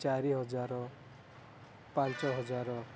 ଚାରି ହଜାର ପାଞ୍ଚ ହଜାର